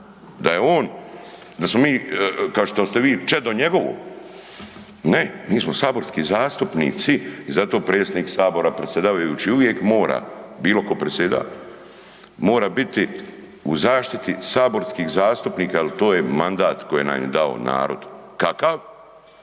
da je on, da smo mi, kao što ste vi, čedo njegovo, ne, mi smo saborski zastupnici i zato predsjednik Sabora i predsjedavajući uvijek mora, bilo tko predsjeda, mora biti u zaštiti saborskih zastupnika jer to je mandat koji nam je dao narod. Kakav,